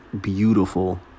beautiful